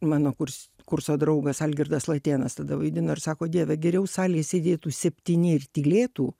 mano kurs kurso draugas algirdas latėnas tada vaidino ir sako dieve geriau salėj sėdėtų septyni ir tylėtų